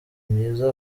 myiza